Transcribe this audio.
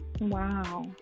wow